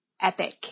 Epic